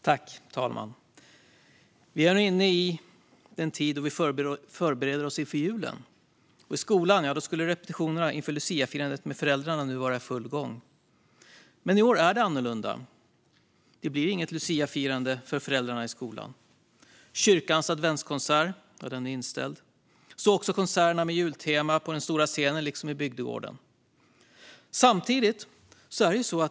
Fru talman! Vi är nu inne i den tid när vi förbereder oss inför julen. I skolan skulle repetitionerna inför luciafirandet med föräldrarna nu vara i full gång. Men i år är det annorlunda. Det blir inget luciafirande för föräldrarna i skolan. Kyrkans adventskonsert är inställd, så också konserten med jultema på den stora scenen liksom i bygdegården.